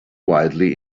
wildly